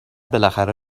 بالاخره